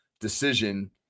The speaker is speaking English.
decision